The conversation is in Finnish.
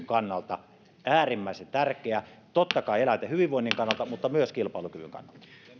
kannalta äärimmäisen tärkeää totta kai eläinten hyvinvoinnin kannalta mutta myös kilpailukyvyn kannalta